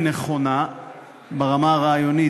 היא נכונה ברמה הרעיונית.